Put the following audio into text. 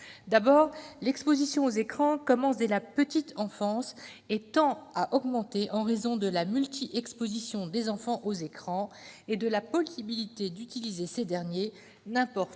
D'abord, l'exposition aux écrans commence dès la petite enfance et tend à augmenter en raison de la multi-exposition des enfants aux écrans et de la possibilité d'utiliser ces derniers n'importe